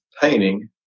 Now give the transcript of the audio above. painting